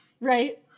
Right